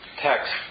text